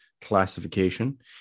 classification